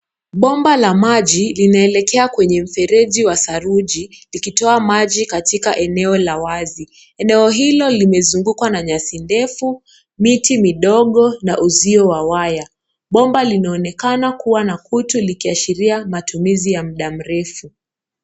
Bomba la maji linaelekea kwenye mfereji wa saruji likitoa maji katika eneo la wazi. Eneo hilo limezungukwa na nyasi ndefu, miti midogo na uzio wa waya. Bomba linaonekana kuwa n kutu likiashiria matumizi ya muda mrefu.